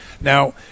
Now